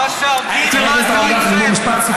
מה עשה אתכם למומחים לרכבת?